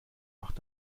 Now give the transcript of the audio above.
macht